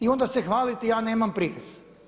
I onda se hvaliti ja nemam prirez.